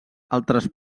altres